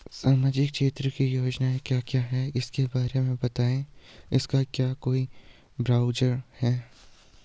सामाजिक क्षेत्र की योजनाएँ क्या क्या हैं उसके बारे में बताएँगे इसका क्या कोई ब्राउज़र है?